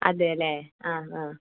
അതെ അല്ലെ ആ ആ